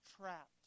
trapped